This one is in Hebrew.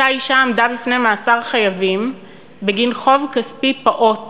אותה אישה עמדה בפני מאסר חייבים בגין חוב כספי פעוט